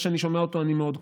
כשאני שומע אותו אני מאוד כועס: